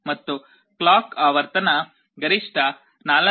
ಮತ್ತು ಕ್ಲಾಕ್ ಆವರ್ತನ ಗರಿಷ್ಠ 4